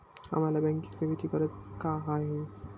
आम्हाला बँकिंग सेवेची गरज का आहे?